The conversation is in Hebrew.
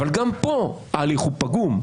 אבל גם פה ההליך הוא פגום.